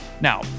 Now